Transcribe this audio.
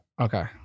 Okay